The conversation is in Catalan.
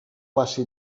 passi